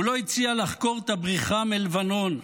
הוא לא הציע לחקור את הבריחה מלבנון,